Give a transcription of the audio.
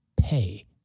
pay